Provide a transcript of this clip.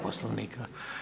Poslovnika.